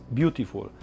beautiful